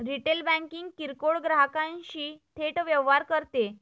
retail banking किरकोळ ग्राहकांशी थेट व्यवहार करते